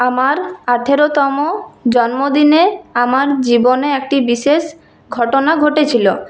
আমার আঠারোতম জন্মদিনে আমার জীবনে একটি বিশেষ ঘটনা ঘটেছিল